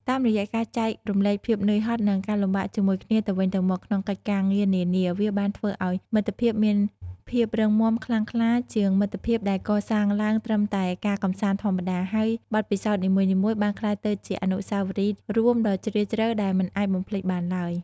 តាមរយៈការចែករំលែកភាពនឿយហត់និងការលំបាកជាមួយគ្នាទៅវិញទៅមកក្នុងកិច្ចការងារនានា វាបានធ្វើឱ្យមិត្តភាពមានភាពរឹងមាំខ្លាំងក្លាជាងមិត្តភាពដែលកសាងឡើងត្រឹមតែការកម្សាន្តធម្មតា ហើយបទពិសោធន៍នីមួយៗបានក្លាយទៅជាអនុស្សាវរីយ៍រួមដ៏ជ្រាលជ្រៅដែលមិនអាចបំភ្លេចបានឡើយ។